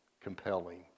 compelling